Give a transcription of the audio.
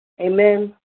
Amen